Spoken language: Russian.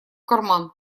карман